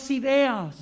ideas